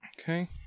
Okay